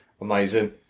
Amazing